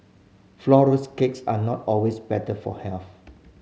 flourless cakes are not always better for health